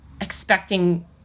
Expecting